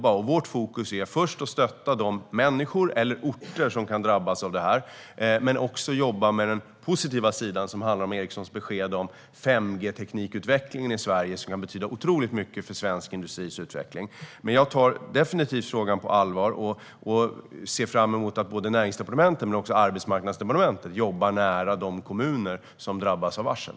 Vårt fokus är att stötta de människor och orter som kan drabbas. Men vi vill också jobba med den positiva sidan. Det handlar om Ericssons 5G-teknikutveckling i Sverige som kan betyda mycket för svensk industris utveckling. Jag tar definitivt frågan på allvar och ser fram emot att både Näringsdepartementet och Arbetsmarknadsdepartementet jobbar nära de kommuner som drabbas av varsel.